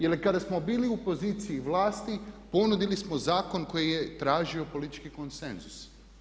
Jer kada smo bili u poziciji vlasti ponudili smo zakon koji je tražio politički konsenzus.